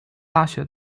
大学